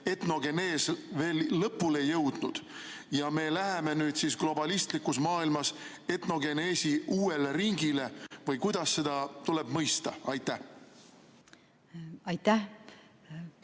etnogenees veel lõpule jõudnud ja me läheme nüüd globalistlikus maailmas etnogeneesi uuele ringile? Või kuidas seda tuleb mõista? Aitäh,